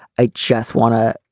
i just want to.